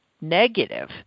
negative